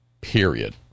period